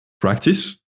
practice